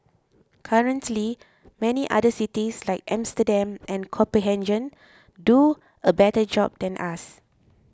currently many other cities like Amsterdam and Copenhagen do a better job than us